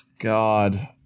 god